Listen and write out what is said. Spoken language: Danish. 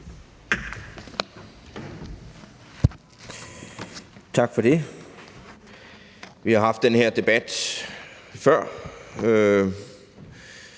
Tak for det. Vi har haft den her debat før